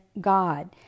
God